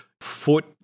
foot